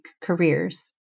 careers